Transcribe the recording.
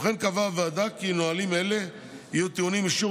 כמו כן קבעה הוועדה כי נהלים אלה יהיו טעונים אישור